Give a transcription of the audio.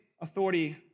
authority